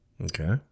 Okay